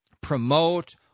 promote